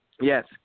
yes